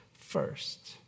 first